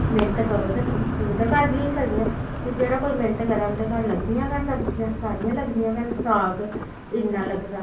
मेह्नत करो ते तुं'दे घर बी होई सकदियां ते जेह्ड़ा कोई मेह्नत करै उं'दे घर लगदियां गै न सब्जियां सारियां लगदियां गै न साग इन्ना लगदा